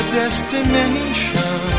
destination